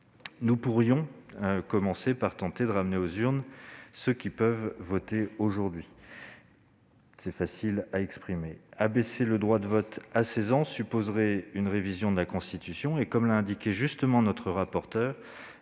nous pourrions commencer par tenter de ramener aux urnes ceux qui détiennent aujourd'hui le droit de vote. Abaisser le droit de vote à 16 ans supposerait une révision de la Constitution. Comme l'a indiqué justement notre rapporteure,